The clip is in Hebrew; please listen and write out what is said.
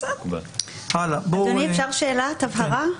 אדוני, אפשר שאלת הבהרה?